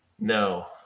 no